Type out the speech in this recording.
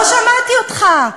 לא שמעתי אותך.